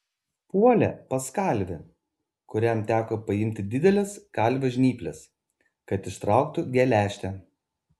puolė pas kalvį kuriam teko paimti dideles kalvio žnyples kad ištrauktų geležtę